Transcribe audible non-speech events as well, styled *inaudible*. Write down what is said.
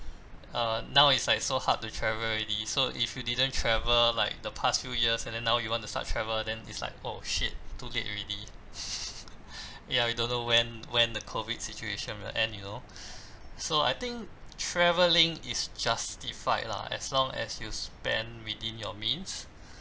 uh now it's like so hard to travel already so if you didn't travel like the past few years and then now you want to start travel then is like oh shit too late already *laughs* ya we don't know when when the COVID situation will end you know so I think travelling is justified lah as long as you spend within your means